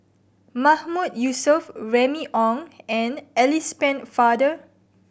Mahmood Yusof Remy Ong and Alice Pennefather